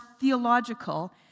theological